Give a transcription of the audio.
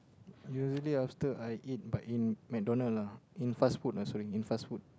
usually after I eat but in McDonald lah in fast food lah sorry in fast food